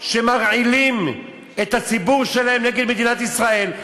מרעילות את הציבור שלהן נגד מדינת ישראל.